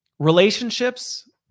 Relationships